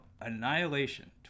Annihilation